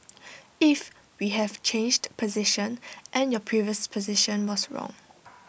if we have changed position and your previous position was wrong